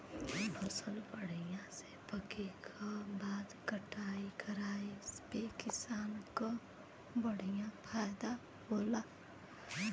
फसल बढ़िया से पके क बाद कटाई कराये पे किसान क बढ़िया फयदा होला